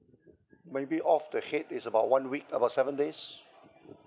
maybe off the head is about one week about seven days